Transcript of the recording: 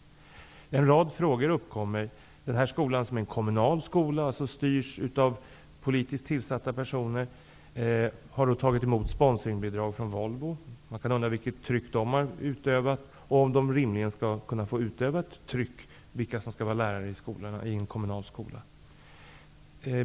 Det uppkommer en rad frågor. Det gäller en kommunal skola som styrs av politiskt tillsatta personer men som har tagit emot sponsringsbidrag från Volvo. Man kan undra vilket tryck som har utövats från det hållet och om det därifrån rimligen skall få utövas ett sådant tryck när det gäller vilka som skall få vara lärare i en kommunal skola.